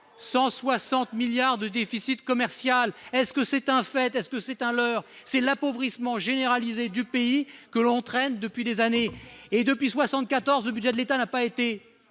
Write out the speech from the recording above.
160 milliards de déficit commercial. Est-ce que c'est un fait. Est-ce que c'est un leurre. C'est l'appauvrissement généralisé du pays que l'on traîne depuis des années et depuis 74 au budget de l'État n'a pas été